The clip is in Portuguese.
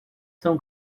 são